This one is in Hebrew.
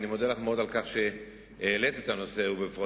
אני מודה לך מאוד על כך שהעלית את הנושא ובפרוטרוט,